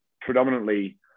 predominantly